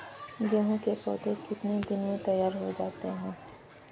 गेहूँ के पौधे कितने दिन में तैयार हो जाते हैं?